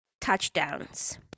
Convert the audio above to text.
touchdowns